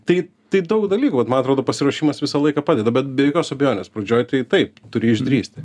tai tai daug dalykų bet man atrodo pasiruošimas visą laiką padeda bet be jokios abejonės pradžioj tai taip turi išdrįsti